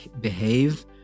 behave